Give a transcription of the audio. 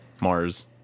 Mars